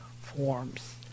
forms